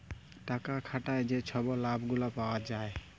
টাকা খাটায় যে ছব লাভ গুলা পায়